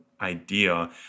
idea